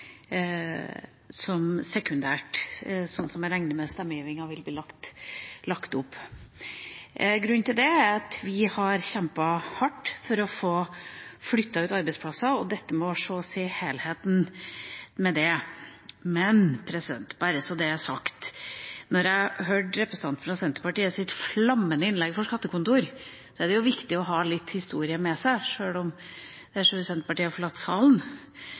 sekundært, sånn som jeg regner med stemmegivningen vil bli lagt opp. Grunnen til det er at vi har kjempet hardt for å få flyttet ut arbeidsplasser, og dette må ses i den helheten. Men bare så det er sagt: Jeg hørte representanten fra Senterpartiet sitt flammende innlegg for skattekontor, men det er viktig å ha med seg litt historie, sjøl om Senterpartiet har forlatt salen.